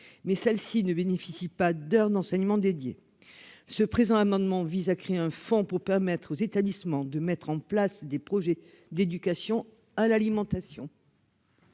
mais celles-ci ne bénéficient pas d'heures d'enseignements dédié ce présent amendement vise à créer un fonds pour permettre aux établissements de mettre en place des projets d'éducation à l'alimentation.